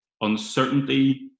uncertainty